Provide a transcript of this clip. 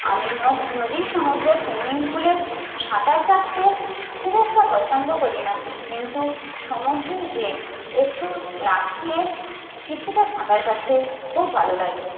আমি ন নদী সমুদ্রে সুইমিং পুলে সাঁতার কাটতে খুব একটা পছন্দ করি না কিন্তু সমুদ্রে যে একটু লাফিয়ে কিছুটা সাঁতার কাটতে খুব ভালো লাগে